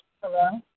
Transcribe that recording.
Hello